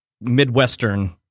Midwestern